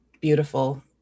beautiful